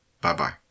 Bye-bye